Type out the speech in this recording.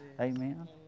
Amen